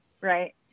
right